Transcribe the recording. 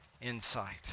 insight